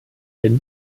den